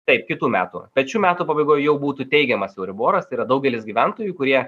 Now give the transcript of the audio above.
taip kitų metų bet šių metų pabaigoj jau būtų teigiamas euriboras tai yra daugelis gyventojų kurie